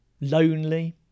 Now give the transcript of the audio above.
Lonely